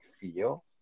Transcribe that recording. feel